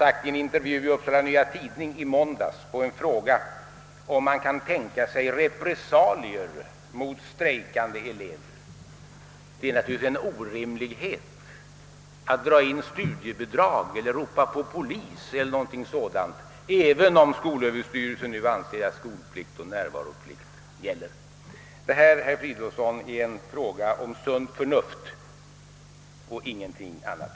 I en intervju i Upsala Nya Tidning i måndags svarade jag på en fråga om huruvida man kan tänka sig repressalier mot strejkande elever, att det naturligtvis är orimligt att dra in studiebidrag, ropa på polis eller dylikt, även om skolöverstyrelsen anser att skolplikt och närvaroplikt gäller. Detta, herr Fridolfsson, är en fråga om sunt förnuft och ingenting annat.